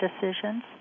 decisions